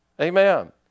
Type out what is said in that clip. Amen